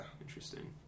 interesting